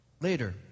Later